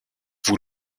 vous